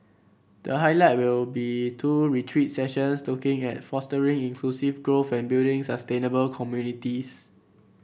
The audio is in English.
the highlight will be two retreat sessions looking at fostering inclusive growth and building sustainable communities